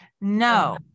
No